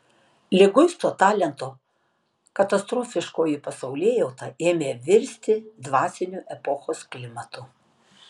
liguisto talento katastrofiškoji pasaulėjauta ėmė virsti dvasiniu epochos klimatu